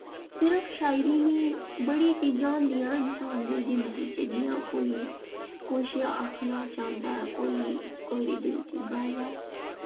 सिर्फ शायरी निं बड़ी चीज़ां होंदियां इंसान दी जिंदगी जियां कोई कुछ आक्खना चांह्दा ऐ कोई कुसै दे दिल च गल्ल ऐ